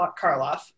Karloff